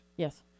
Yes